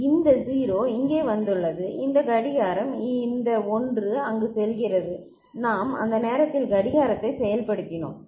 எனவே இந்த 0 இங்கே வந்துள்ளது சரி இந்த கடிகாரம் இந்த 1 அங்கு செல்கிறது நாம் அந்த நேரத்தில் கடிகாரத்தை செயல்படுத்தினோம்